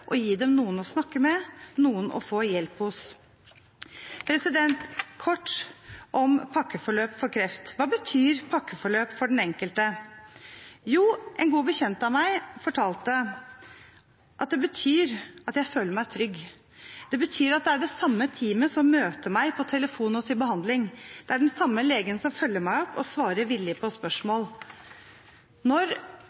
å gi dem noen å snakke med, noen å få hjelp hos. Kort om pakkeforløp for kreft: Hva betyr pakkeforløp for den enkelte? En god bekjent av meg fortalte at det betyr at jeg føler meg trygg, det betyr at det er det samme teamet som møter meg på telefon og til behandling, det er den samme legen som følger meg opp og svarer villig på